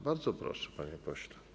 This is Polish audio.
Bardzo proszę, panie pośle.